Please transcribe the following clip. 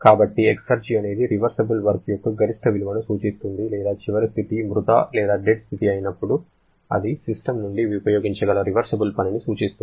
కాబట్టి ఎక్సెర్జి అనేది reversible work యొక్క గరిష్ట విలువను సూచిస్తుంది లేదా చివరి స్థితి మృతడెడ్ స్థితి అయినప్పుడు అది సిస్టమ్ నుండి ఉపయోగించగల రివర్సిబుల్ పనిని సూచిస్తుంది